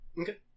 Okay